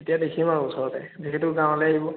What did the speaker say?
এতিয়া দেখিম আৰু ওচৰতে যিহেতু গাঁৱলৈ আহিব